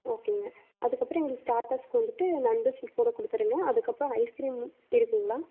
ஓகேங்க அதுக்கப்புறம் எங்களுக்கு ஸ்டாட்டர்ஸுக்கு வந்துவிட்டு நண்டு சூப்போடு கொடுத்துடுங்க அதுக்கப்றம் ஐஸ்க்ரீம் இருக்குதுங்களா